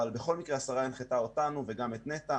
בכל מקרה השרה הנחתה אותנו וגם את נת"ע,